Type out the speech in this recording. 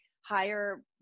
higher